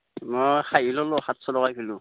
মই খাহী ল'লোঁ সাতশ টকা কিলোঁ